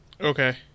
Okay